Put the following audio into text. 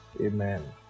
Amen